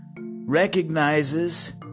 recognizes